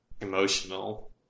emotional